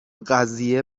قضیه